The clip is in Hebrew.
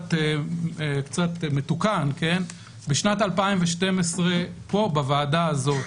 קצת מתוקן, בשנת 2012 פה בוועדה הזאת.